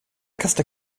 kasta